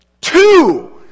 Two